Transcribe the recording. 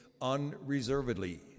unreservedly